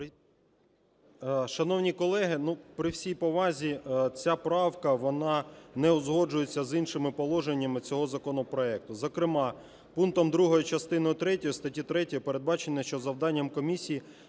Шановні колеги, при всій повазі, ця правка, вона не узгоджується з іншими положеннями цього законопроекту. Зокрема, пунктом 2 частиною третьою статті 3 передбачено, що завданням комісії